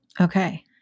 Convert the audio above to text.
Okay